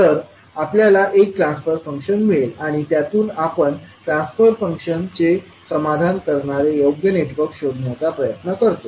तर आपल्याला एक ट्रान्सफर फंक्शन मिळेल आणि त्यामधून आपण ट्रान्सफर फंक्शनचे समाधान करणारे योग्य नेटवर्क शोधण्याचा प्रयत्न करतो